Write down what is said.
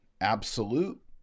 absolute